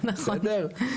נכון, נכון.